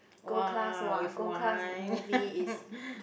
!wah! with wine